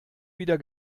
wieder